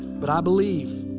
but i believe